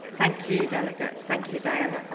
thank you, delegates, thank you diana.